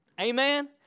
Amen